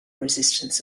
resistance